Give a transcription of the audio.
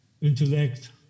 intellect